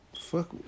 Fuck